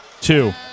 two